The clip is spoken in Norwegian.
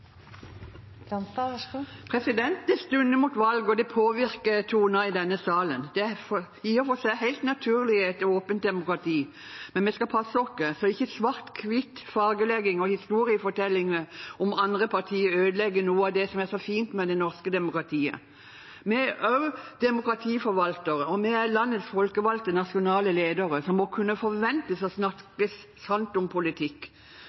i og for seg helt naturlig i et åpent demokrati, men vi skal passe oss så ikke svart-hvitt-fargelegging og historiefortelling om andre partier ødelegger noe av det som er så fint med det norske demokratiet. Vi er også demokratiforvaltere, og vi er landets folkevalgte nasjonale ledere, som må kunne forventes å snakke sant om politikk.